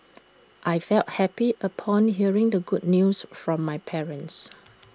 I felt happy upon hearing the good news from my parents